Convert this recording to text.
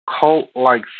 cult-like